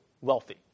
wealthy